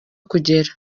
kugera